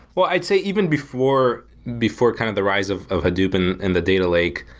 well, i'd say even before before kind of the rise of of hadoop and and the data lake,